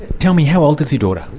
tell me, how old is your daughter?